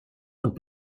und